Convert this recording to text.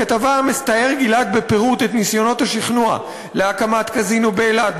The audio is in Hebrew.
בכתבה מתאר גילת בפירוט את ניסיונות השכנוע להקמת קזינו באילת,